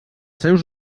seus